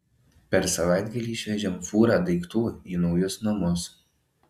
per savaitgalį išvežėm fūrą daiktų į naujus namus